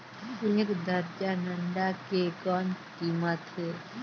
एक दर्जन अंडा के कौन कीमत हे?